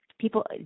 people